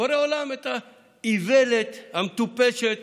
את האיוולת המטופשת